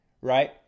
Right